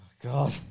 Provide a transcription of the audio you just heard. God